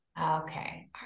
okay